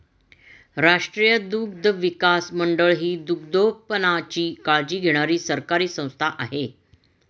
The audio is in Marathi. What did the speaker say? राष्ट्रीय दुग्धविकास मंडळ ही दुग्धोत्पादनाची काळजी घेणारी सरकारी संस्था आहे